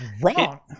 wrong